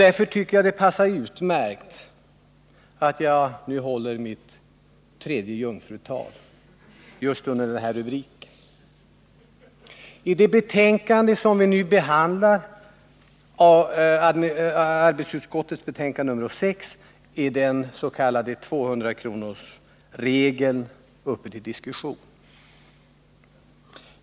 Därför tycker jag det passar utmärkt att jag nu håller mitt tredje jungfrutal just under denna rubrik. I det betänkande som vi nu behandlar, arbetsmarknadsutskottets betänkande nr 6, är den s.k. 200-kronorsregeln uppe till diskussion.